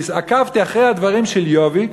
עקבתי אחרי הדברים של "יוביק".